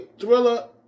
thriller